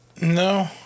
No